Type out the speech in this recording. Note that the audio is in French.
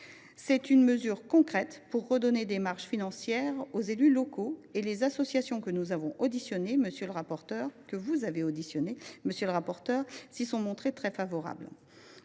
C’est une mesure concrète pour redonner des marges financières aux élus locaux, et les associations que vous avez auditionnées, monsieur le rapporteur, s’y sont montrées très favorables.